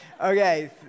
Okay